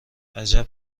عجب